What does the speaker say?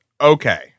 Okay